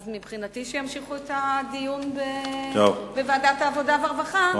מבחינתי שימשיכו את הדיון בוועדת העבודה והרווחה,